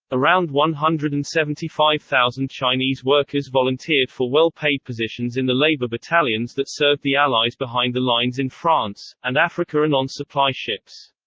around one hundred and seventy five thousand chinese workers volunteered for well-paid positions in the labor battalions that served the allies behind the lines in france, and africa and on supply ships.